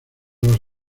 los